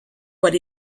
what